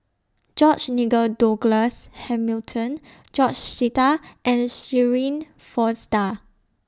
George Nigel Douglas Hamilton George Sita and Shirin Fozdar